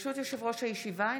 ברשות יושב-ראש הישיבה,